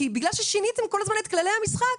כי בגלל ששיניתם כל הזמן את כללי המשחק,